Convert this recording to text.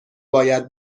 باید